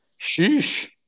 Sheesh